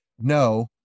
no